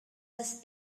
das